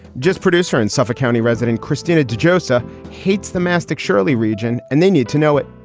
just producer and suffolk county resident kristina de josepha hates the mastic sherley region and they need to know it.